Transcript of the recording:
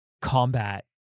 combat